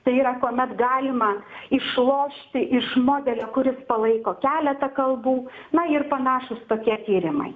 tai yra kuomet galima išlošti iš modelio kuris palaiko keleta kalbų na ir panašūs tokie tyrimai